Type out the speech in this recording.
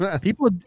people